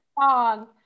song